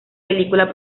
película